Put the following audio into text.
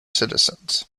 citizens